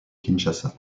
kinshasa